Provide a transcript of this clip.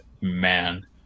man